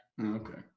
okay